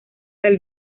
del